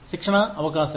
శిక్షణ అవకాశాలు